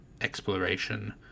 exploration